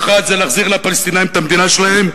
האחת, להחזיר לפלסטינים את המדינה שלהם,